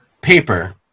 paper